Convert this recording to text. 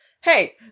hey